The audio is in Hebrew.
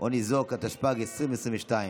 או ניזוק), התשפ"ג 2022,